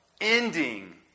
ending